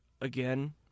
Again